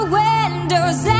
windows